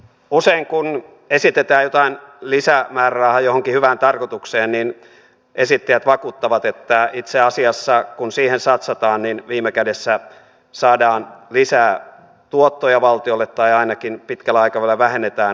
usein kun esitetään jotain lisämäärärahaa johonkin hyvään tarkoitukseen niin esittäjät vakuuttavat että itse asiassa kun siihen satsataan niin viime kädessä saadaan lisää tuottoja valtiolle tai ainakin pitkällä aikavälillä vähennetään kuluja